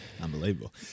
Unbelievable